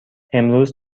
امروز